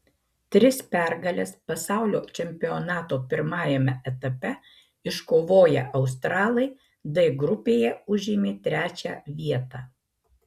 tris pergales pasaulio čempionato pirmajame etape iškovoję australai d grupėje užėmė trečią vietą